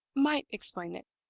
might explain it?